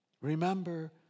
remember